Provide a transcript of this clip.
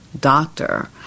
doctor